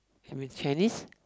I mean Chinese